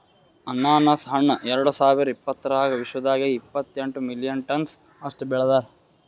ಅನಾನಸ್ ಹಣ್ಣ ಎರಡು ಸಾವಿರ ಇಪ್ಪತ್ತರಾಗ ವಿಶ್ವದಾಗೆ ಇಪ್ಪತ್ತೆಂಟು ಮಿಲಿಯನ್ ಟನ್ಸ್ ಅಷ್ಟು ಬೆಳದಾರ್